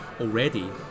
already